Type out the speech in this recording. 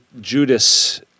Judas